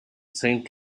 saint